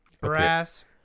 Brass